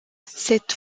cette